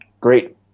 great